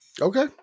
Okay